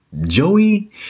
Joey